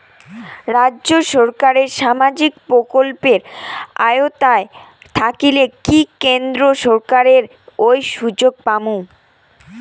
রাজ্য সরকারের সামাজিক প্রকল্পের আওতায় থাকিলে কি কেন্দ্র সরকারের ওই সুযোগ পামু?